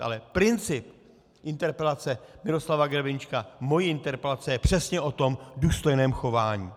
Ale princip interpelace Miroslava Grebeníčka, mojí interpelace je přesně o tom důstojném chování.